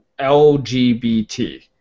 LGBT